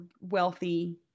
wealthy